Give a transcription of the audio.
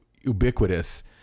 ubiquitous